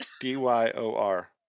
D-Y-O-R